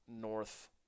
north